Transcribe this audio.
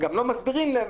גם לא מסבירים להם,